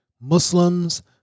Muslims